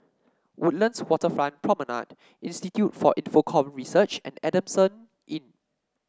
Woodlands Waterfront Promenade Institute for Infocomm Research and Adamson Inn